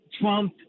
Trump